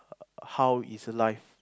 how is life